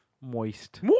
Moist